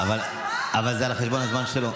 אבל זה על חשבון הזמן שלו.